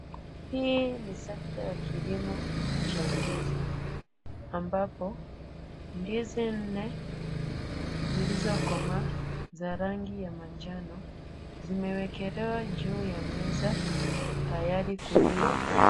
Hii ni sekta ya kilimo cha ndizi ambapo ndizi nne zilizokomaa za rangi ya manjano, zimewekelewa juu ya meza, tayari kuliwa.